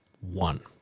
One